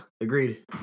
Agreed